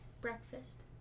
Breakfast